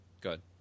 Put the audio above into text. good